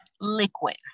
liquid